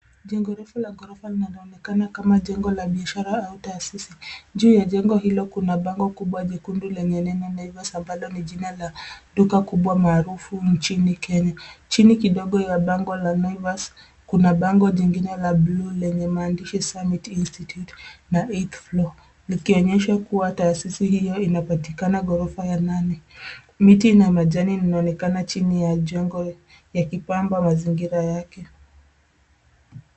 Jengo refu la ghorofa linaonekana kama jengo la biashara au taasisi. Juu ya jengo hilo kuna bango kubwa jekundu lenye neno Naivas, ambalo ni jina la duka kubwa maarufu nchini Kenya. Chini kidogo ya bango la Naivas, kuna bango jingine la blue lenye maandishi Summit Institute na 8th Floor , likionyesha kuwa taasisi hiyo inapatikana ghorofa ya nane. Miti na majani yanaonekana chini ya jengo yakipamba mazingira yake.